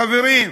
חברים,